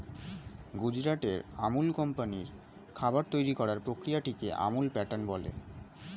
গুজরাটের আমুল কোম্পানির খাবার তৈরি করার প্রক্রিয়াটিকে আমুল প্যাটার্ন বলে